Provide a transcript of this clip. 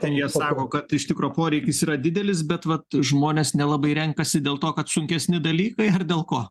ten jie sako kad iš tikro poreikis yra didelis bet vat žmonės nelabai renkasi dėl to kad sunkesni dalykai dėl ko